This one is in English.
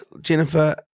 Jennifer